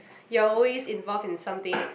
you are always involved in something